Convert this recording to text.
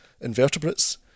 invertebrates